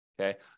okay